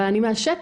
אבל אני מהשטח.